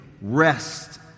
rest